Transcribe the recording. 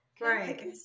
Right